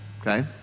Okay